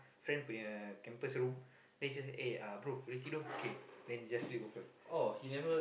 friend punya campus room then he just eh ah bro boleh tidur okay then just sleepover